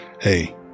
Hey